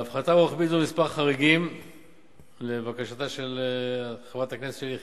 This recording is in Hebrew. להפחתה רוחבית זו מספר חריגים - לבקשתה של חברת הכנסת שלי יחימוביץ.